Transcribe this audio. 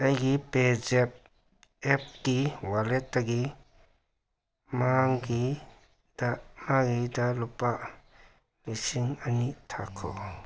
ꯑꯩꯒꯤ ꯄꯦꯖꯦꯞ ꯑꯦꯞꯀꯤ ꯋꯥꯜꯂꯦꯠꯇꯒꯤ ꯃꯥꯡꯒꯤꯇ ꯃꯥꯒꯤꯗ ꯂꯨꯄꯥ ꯂꯤꯁꯤꯡ ꯑꯅꯤ ꯊꯥꯈꯣ